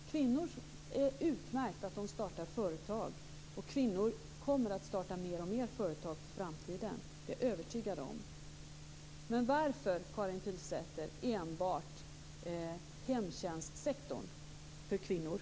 Det är utmärkt att kvinnor startar företag, och kvinnor kommer mer och mer att starta företag i framtiden. Det är jag övertygad om. Men varför,